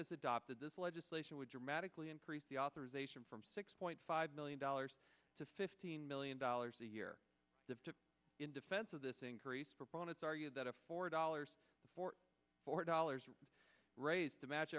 has adopted this legislation would dramatically increase the authorization from six point five million dollars to fifteen million dollars a year in defense of this increase proponents argue that a four dollars or four dollars raise to match